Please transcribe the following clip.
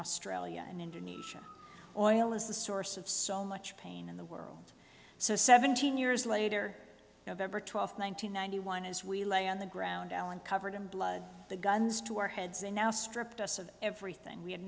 australia and indonesia oil is the source of so much pain in the world so seventeen years later november twelfth one thousand nine hundred one as we lay on the ground allen covered in blood the guns to our heads and now stripped us of everything we had